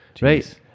right